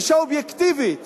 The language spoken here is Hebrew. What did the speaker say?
גישה אובייקטיבית